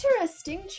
Interesting